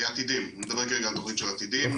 אני מדבר על תכנית של עתידים.